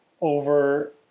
over